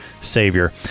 Savior